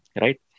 right